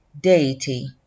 deity